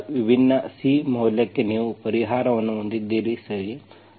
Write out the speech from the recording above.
ಆದ್ದರಿಂದ ವಿಭಿನ್ನ C ಮೌಲ್ಯಕ್ಕೆ ನೀವು ಪರಿಹಾರವನ್ನು ಹೊಂದಿದ್ದೀರಿ ಸರಿ